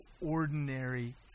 ordinary